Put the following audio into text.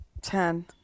Ten